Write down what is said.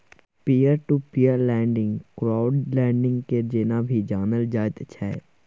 peer to peer lending crowd lending के जेना भी जानल जाइत छै